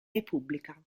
repubblica